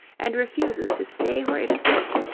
and refuses to stay where it is put,